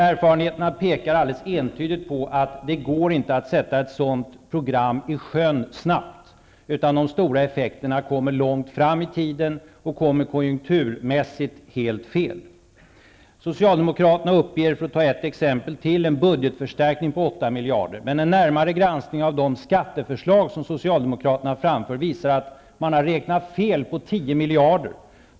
Erfarenheterna pekar alldeles entydigt på att det inte går att sätta ett sådant program i sjön snabbt, utan de stora effekterna kommer längre fram i tiden och kommer konjunkturmässigt helt fel. Socialdemokraterna uppger, för att ta ytterligare ett exempel, en budgetförstärkning på 8 miljarder. En närmare granskning av de skatteförslag som Socialdemokraterna framför visar att man har räknat fel på 10 miljarder.